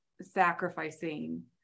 sacrificing